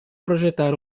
projetar